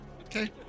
Okay